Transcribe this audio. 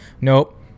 Nope